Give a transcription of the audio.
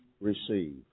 receive